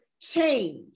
change